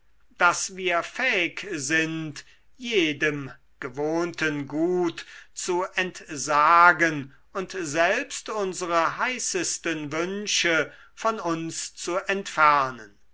daß wir fähig sind jedem gewohnten gut zu entsagen und selbst unsere heißesten wünsche von uns zu entfernen